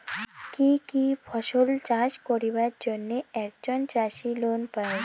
কি কি ফসল চাষ করিবার জন্যে একজন চাষী লোন পায়?